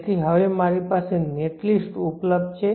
તેથી હવે મારી પાસે નેટલિસ્ટ ઉપલબ્ધ છે